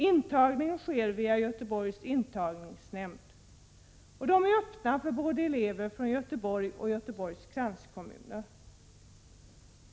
Intagning sker genom Göteborgs intagningsnämnd, skolorna är öppna för elever från Göteborg och Göteborgs kranskommuner.